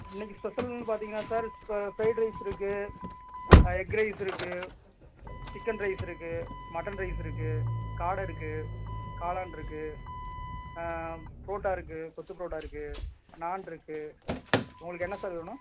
இன்னக்கு ஸ்பெஷல்னு பார்த்தீங்கனா சார் இப்போ ஃப்ரைட் ரைஸ் இருக்கு எக் ரைஸ் இருக்கு சிக்கன் ரைஸ் இருக்கு மட்டன் ரைஸ் இருக்கு காடை இருக்கு காளான் இருக்கு ப்ரோட்டா இருக்கு கொத்து ப்ரோட்டா இருக்கு நாண் இருக்கு உங்களுக்கு என்ன சார் வேணும்